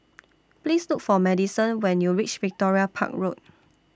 Please Look For Maddison when YOU REACH Victoria Park Road